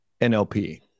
NLP